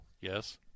Yes